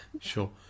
Sure